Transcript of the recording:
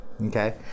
Okay